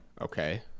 Okay